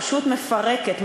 פשוט מפרקת,